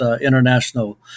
international